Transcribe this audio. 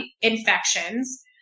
infections